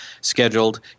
scheduled